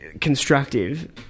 constructive